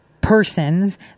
persons